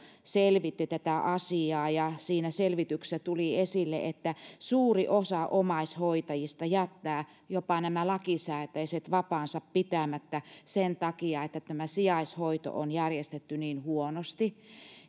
selvitti tätä asiaa siinä selvityksessä tuli esille että suuri osa omaishoitajista jättää jopa lakisääteiset vapaansa pitämättä sen takia että sijaishoito on järjestetty niin huonosti